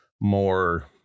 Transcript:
more